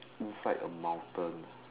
inside a mountain